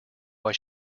why